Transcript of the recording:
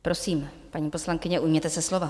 Prosím, paní poslankyně, ujměte se slova.